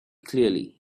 clearly